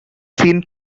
seen